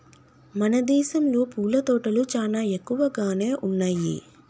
మన దేసంలో పూల తోటలు చానా ఎక్కువగానే ఉన్నయ్యి